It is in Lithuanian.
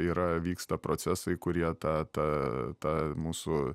yra vyksta procesai kurie tą tą tą mūsų